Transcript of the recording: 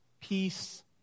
peace